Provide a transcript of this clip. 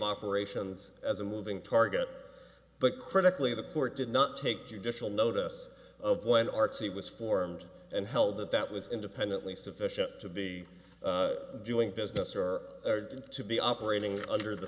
operations as a moving target but critically the court did not take judicial notice of when artsy was formed and held that that was independently sufficient to be doing business are going to be operating under the